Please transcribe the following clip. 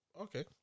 okay